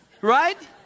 right